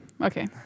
okay